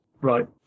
Right